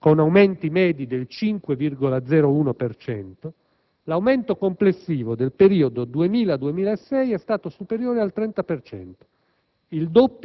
con aumenti medi del 5,01 per cento, l'aumento complessivo del periodo 2000-2006 è stato superiore al 30